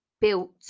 built